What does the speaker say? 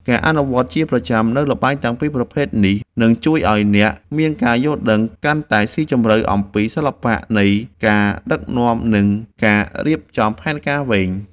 ការអនុវត្តជាប្រចាំនូវល្បែងទាំងពីរប្រភេទនេះនឹងជួយឱ្យអ្នកមានការយល់ដឹងកាន់តែស៊ីជម្រៅអំពីសិល្បៈនៃការដឹកនាំនិងការរៀបចំផែនការវែង។